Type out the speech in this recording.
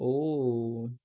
oh